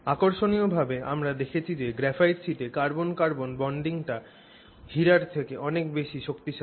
আকর্ষণীয়ভাবে আমরা দেখেছি যে গ্রাফাইট শিটে কার্বন কার্বন বন্ডিংটা হীরার থেকে অনেক বেশি শক্তিশালী